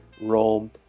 Rome